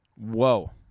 Whoa